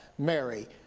Mary